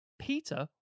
Peter